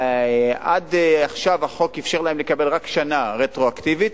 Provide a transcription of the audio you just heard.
עד עכשיו החוק אפשר להם לקבל רק שנה רטרואקטיבית,